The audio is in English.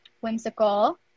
Whimsical